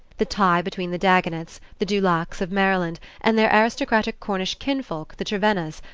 the tie between the dagonets, the du lacs of maryland, and their aristocratic cornish kinsfolk, the trevennas,